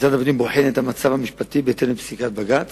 וכי בהעדר תקציב טרם שולמו משכורות לעובדי העירייה.